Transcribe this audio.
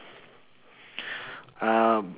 uh